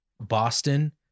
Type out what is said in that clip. Boston